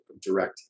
direct